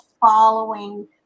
following